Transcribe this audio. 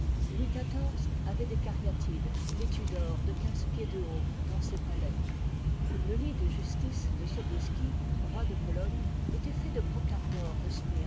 louis xiv avait des cariatides vêtues d'or de quinze pieds de haut dans ses palais le lit de justice de sobieski roi de pologne était fait de brocart d'or